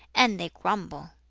and they grumble.